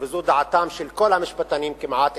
וזו דעתם של כל המשפטנים כמעט,